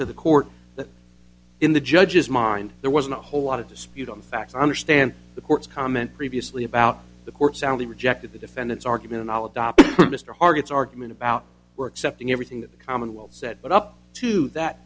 to the court that in the judge's mind there wasn't a whole lot of dispute on the facts i understand the court's comment previously about the court soundly rejected the defendant's argument and i'll adopt mr harkins argument about where except in everything that the commonwealth said but up to that